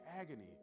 agony